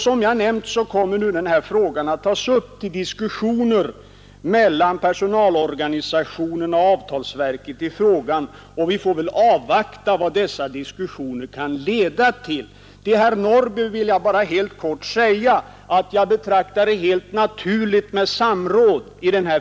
Som jag nämnt kommer denna fråga att tas upp till diskussioner mellan personalorganisationerna och avtalsverket. Vi får väl avvakta vad dessa diskussioner kan leda till innan vi binder oss. Till herr Norrby vill jag bara helt kort säga att jag betraktar det som helt naturligt med samråd.